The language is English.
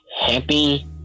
happy